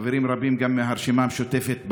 גם חברים רבים מהרשימה המשותפת פנו,